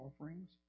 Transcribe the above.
offerings